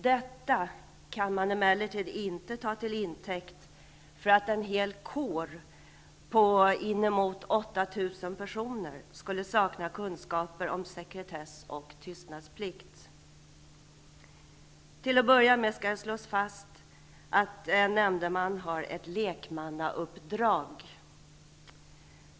Detta kan man emellertid inte ta till intäkt för att en hel kår på inemot 8 000 personer skulle sakna kunskaper om sekretess och tystnadsplikt. Till att börja med skall det slås fast att en nämndeman har ett lekmannauppdrag.